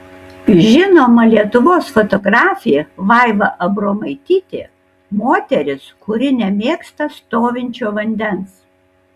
žinoma lietuvos fotografė vaiva abromaitytė moteris kuri nemėgsta stovinčio vandens